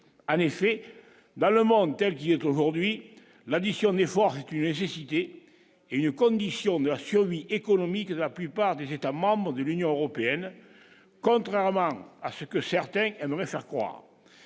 en effet, dans le monde, telle qu'il est aujourd'hui l'addition des forces du nécessité est une condition bien sûr économique, la plupart des États-membres de l'Union européenne, contrairement à ce que certains Anne Reiser croit